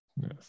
Yes